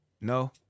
no